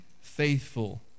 faithful